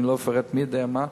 אני לא אפרט מי יודע מה,